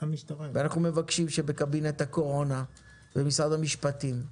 ואנחנו מבקשים שבקבינט הקורונה, במשרד המשפטים,